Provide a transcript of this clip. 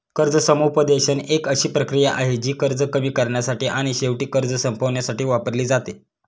कर्ज समुपदेशन एक अशी प्रक्रिया आहे, जी कर्ज कमी करण्यासाठी आणि शेवटी कर्ज संपवण्यासाठी वापरली जाते